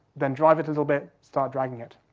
then drive it a little bit, start dragging it.